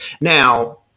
now